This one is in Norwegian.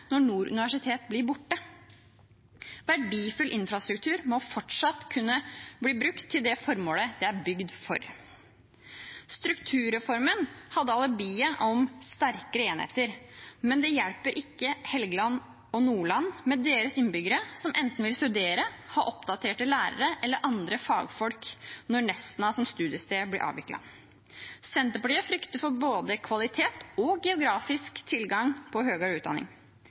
når Nord universitet blir borte. Verdifull infrastruktur må fortsatt kunne bli brukt til det formålet det er bygd for. Strukturreformen hadde alibiet om sterkere enheter, men det hjelper ikke Helgeland og Nordland med deres innbyggere som enten vil studere, ha oppdaterte lærere eller andre fagfolk når Nesna som studiested blir avviklet. Senterpartiet frykter for både kvalitet og geografisk tilgang på høyrere utdanning.